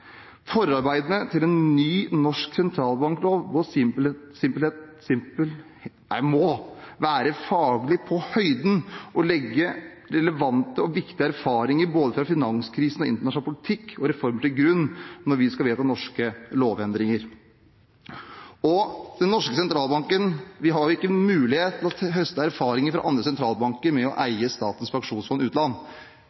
Forarbeidene til en ny norsk sentralbanklov må være faglig på høyden og legge relevante og viktige erfaringer fra både finanskrisen, internasjonal politikk og reformer til grunn når vi skal vedta norske lovendringer. Vi har ikke mulighet til å høste erfaringer fra andre sentralbanker når det gjelder det å eie Statens pensjonsfond utland